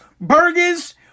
burgers